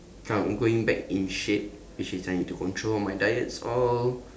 come going back in shape which is I need to control my diets all